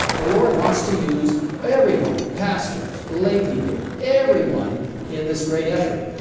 the lord wants to use everyone, pastors, lay people, everyone in this great effort.